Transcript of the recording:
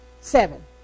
seven